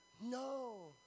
No